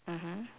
mmhmm